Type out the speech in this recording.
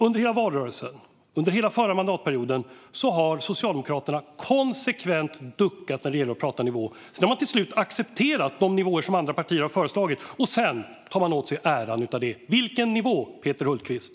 Under hela valrörelsen och under hela förra mandatperioden duckade Socialdemokraterna konsekvent när det gäller att prata nivåer. Sedan har de dock accepterat de nivåer som andra partier har föreslagit och tar åt sig äran av det. Vilken nivå har ni, Peter Hultqvist?